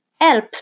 help